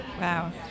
Wow